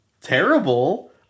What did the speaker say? terrible